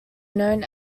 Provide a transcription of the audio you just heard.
known